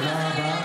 תודה רבה.